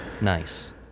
nice